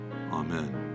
Amen